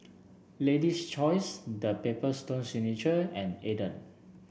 Lady's Choice The Paper Stone Signature and Aden